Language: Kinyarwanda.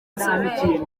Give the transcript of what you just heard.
inzobere